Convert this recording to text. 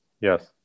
Yes